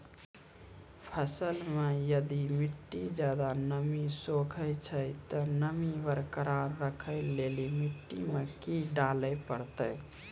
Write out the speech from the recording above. फसल मे यदि मिट्टी ज्यादा नमी सोखे छै ते नमी बरकरार रखे लेली मिट्टी मे की डाले परतै?